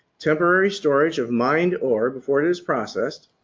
temporary storage of mined ore before it is processed,